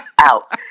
out